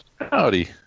Howdy